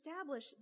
establish